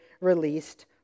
released